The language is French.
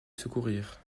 secourir